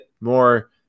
more